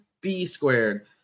B-Squared